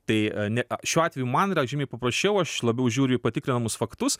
tai ne šiuo atveju man yra žymiai paprasčiau aš labiau žiūriu į patikrinamus faktus